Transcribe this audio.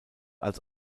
als